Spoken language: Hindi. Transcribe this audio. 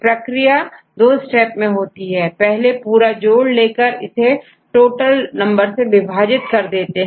प्रक्रिया 2 स्टेप में होगी पहले पूरा जोड़ लेकर उसे टोटल नंबर से विभाजित कर देते हैं